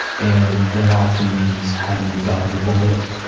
and that often means having to dodge a bullet.